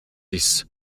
dix